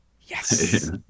Yes